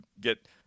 get